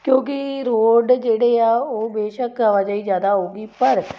ਕਿਉਂਕਿ ਰੋਡ ਜਿਹੜੇ ਆ ਉਹ ਬੇਸ਼ੱਕ ਆਵਾਜਾਈ ਜ਼ਿਆਦਾ ਹੋਵੇਗੀ ਪਰ